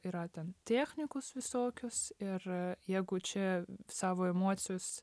yra ten technikos visokios ir jeigu čia savo emocijos